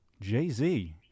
Jay-Z